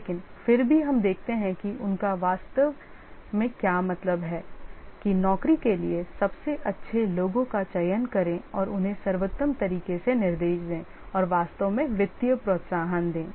लेकिन फिर भी हम देखते हैं कि उनका वास्तव में क्या मतलब है कि नौकरी के लिए सबसे अच्छे लोगों का चयन करें और उन्हें सर्वोत्तम तरीकों से निर्देश दें और वास्तव में वित्तीय प्रोत्साहन दें